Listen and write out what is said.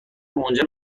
منجر